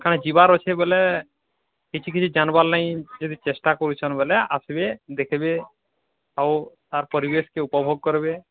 ହଁ ଯିବାର୍ ଅଛି ବୋଲେ କିଛି କିଛି ଜାନ୍ବାର୍ ଲାଗି ଯଦି ଚେଷ୍ଟା କରୁଛନ୍ ବୋଲେ ଆସିବେ ଦେଖିବେ ଆଉ ତାର୍ ପରିବେଶ୍ କେଁ ଉପୋଭୋଗ୍ କରିବେ